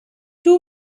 two